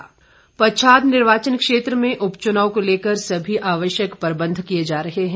चुनाव प्रबंध पच्छाद निर्वाचन क्षेत्र में उप चुनाव को लेकर सभी आवश्यक प्रबंध किए जा रहे हैं